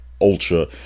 ultra